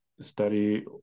study